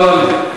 לא, לא.